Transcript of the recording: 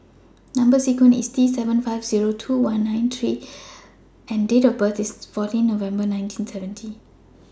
Number sequence IS T seven five two nine one three G and Date of birth IS fourteen November nineteen seventy